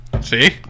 see